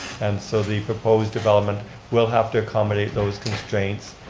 and so the proposed development will have to accommodate those constraints